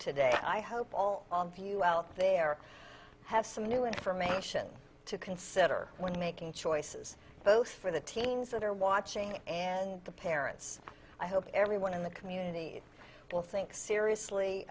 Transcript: today i hope all of you out there have some new information to consider when making choices both for the teams that are watching and the parents i hope everyone in the community will think seriously